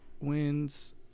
Wins